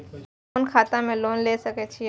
कोन खाता में लोन ले सके छिये?